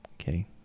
okay